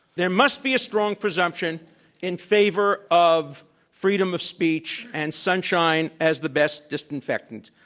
there must be a strong presumption in favor of freedom of speech and sunshine as the best disinfectant.